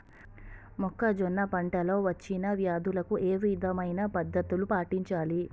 మొక్కజొన్న పంట లో వచ్చిన వ్యాధులకి ఏ విధమైన పద్ధతులు పాటించాలి?